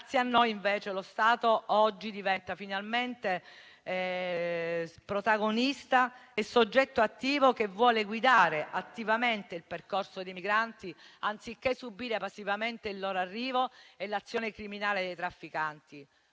Grazie a noi, invece, lo Stato oggi diventa finalmente protagonista e soggetto attivo, che vuole guidare attivamente il percorso dei migranti, anziché subire passivamente il loro arrivo e l'azione criminale dei trafficanti.